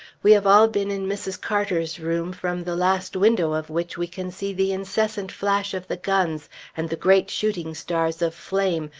we have all been in mrs. carter's room, from the last window of which we can see the incessant flash of the guns and the great shooting stars of flame,